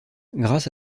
grâce